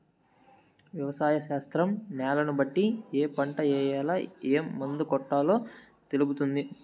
వ్యవసాయ శాస్త్రం న్యాలను బట్టి ఏ పంట ఏయాల, ఏం మందు కొట్టాలో తెలుపుతుంది